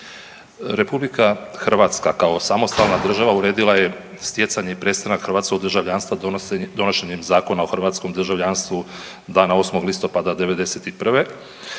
riječi. RH kao samostalna država uredila je stjecanje i prestanak hrvatskog državljanstva donošenjem Zakona o hrvatskom državljanstvu dana 8. listopada '91.,